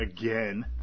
Again